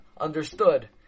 understood